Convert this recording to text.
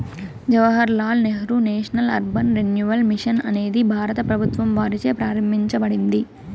Jawahar Lal Nehru national urban renewal mission అనేది భారత ప్రభుత్వం వారిచే ప్రారంభించబడింది